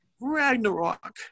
Ragnarok